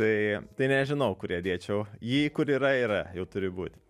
tai tai nežinau kur ją dėčiau ji kur yra yra jau turi būti